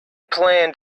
plan